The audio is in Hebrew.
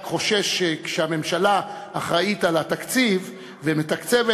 רק חושש שכשהממשלה אחראית לתקציב ומתקצבת